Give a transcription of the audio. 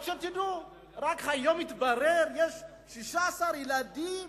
רק שתדעו, שרק היום התברר שיש 16 ילדים